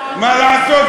הוא באמת כזה, מה לעשות.